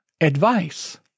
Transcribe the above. Advice